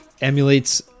emulates